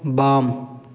बाम